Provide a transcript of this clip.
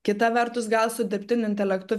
kita vertus gal su dirbtiniu intelektu